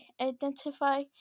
identify